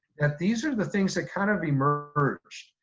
that these are the things that kind of emerge.